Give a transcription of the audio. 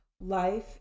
Life